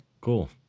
cool